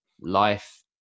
life